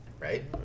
Right